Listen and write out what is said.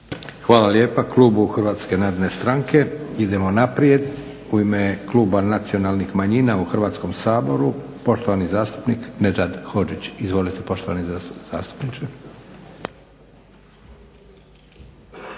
Hvala lijepa klubu HNS-a. Idemo naprijed. U ime kluba Nacionalnih manjina u Hrvatskom saboru poštovani zastupnik Nedžad Hodžić. Izvolite poštovani zastupniče.